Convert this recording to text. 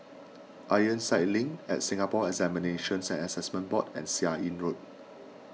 Ironside Link Singapore Examinations and Assessment Board and Seah Im Road